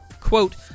quote